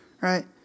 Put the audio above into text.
Right